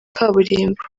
kaburimbo